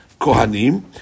kohanim